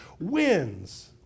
wins